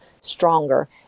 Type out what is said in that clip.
stronger